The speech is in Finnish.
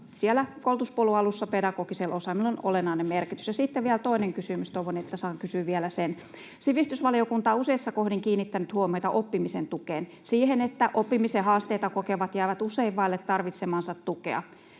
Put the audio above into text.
siellä koulutuspolun alussa pedagogisella osaamisella on olennainen merkitys. Sitten vielä toinen kysymys — toivon, että saan kysyä vielä sen: Sivistysvaliokunta on useissa kohdin kiinnittänyt huomiota oppimisen tukeen, siihen että oppimisen haasteita kokevat jäävät usein vaille tarvitsemaansa tukea.